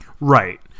right